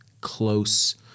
close